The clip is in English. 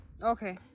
okay